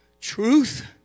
truth